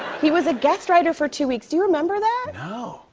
he was a guest writer for two weeks. do you remember that? no.